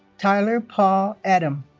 tyler paul adam